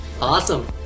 awesome